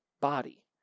body